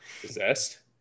Possessed